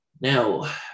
Now